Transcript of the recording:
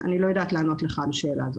כך שאני לא יודעת לענות לך על השאלה הזאת.